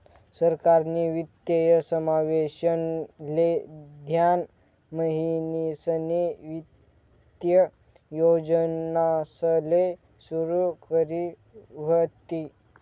सरकारनी वित्तीय समावेशन ले ध्यान म्हणीसनी वित्तीय योजनासले सुरू करी व्हती